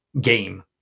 game